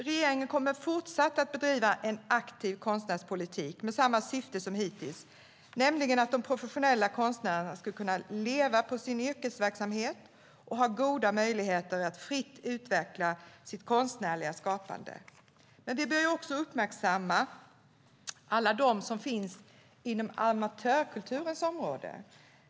Regeringen kommer fortsatt att bedriva en aktiv konstnärspolitik med samma syfte som hittills, nämligen att de professionella konstnärerna ska kunna leva på sin yrkesverksamhet och ha goda möjligheter att fritt utveckla sitt konstnärliga skapande. Vi bör också uppmärksamma alla dem som finns inom amatörkulturens område.